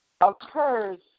occurs